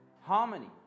harmony